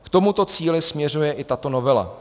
K tomuto cíli směřuje i tato novela.